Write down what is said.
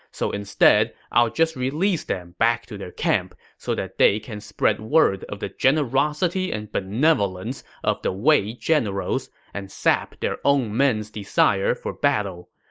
so instead i'll release them back to their camp so that they can spread word of the generosity and benevolence of the wei generals and sap their own men's desire for battle.